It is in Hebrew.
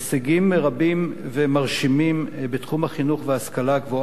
רבים ומרשימים בתחום החינוך וההשכלה הגבוהה.